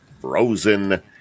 Frozen